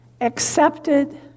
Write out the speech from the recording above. accepted